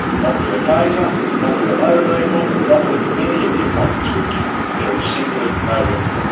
not with a taser. not with a motor vehicle. not with any of the appointments we give them. there is simply no room for that.